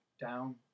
down